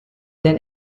then